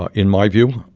ah in my view,